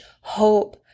hope